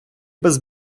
без